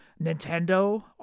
nintendo